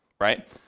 right